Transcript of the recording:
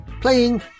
playing